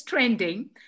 trending